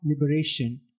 liberation